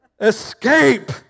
escape